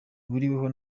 ahuriyeho